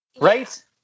Right